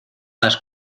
las